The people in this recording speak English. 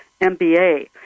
MBA